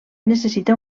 necessita